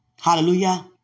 Hallelujah